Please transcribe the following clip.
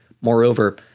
Moreover